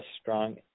strong